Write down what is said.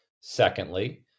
Secondly